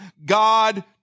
God